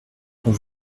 qu’on